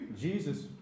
Jesus